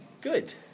Good